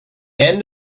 end